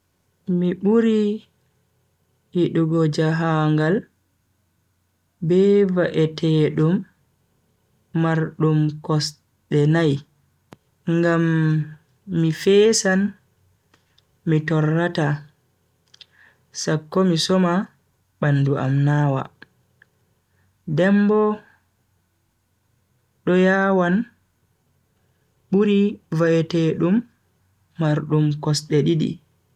Mi buri yidugo jahangal be va'eetedum mardum kosde nai ngam mi fesan mi torrata sakko mi soma bandu am nawa. den bo do yawan buri va'etedum mardum kosde didi.